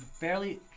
barely